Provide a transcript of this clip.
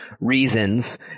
reasons